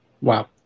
Wow